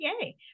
Yay